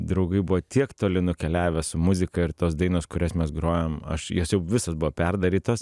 draugai buvo tiek toli nukeliavę su muzika ir tos dainos kurias mes grojom aš jos jau visos buvo perdarytos